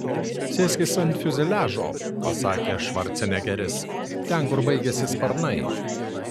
sėskis ant fiuzeliažo pasakė švarcnegeris ten kur baigiasi sparnai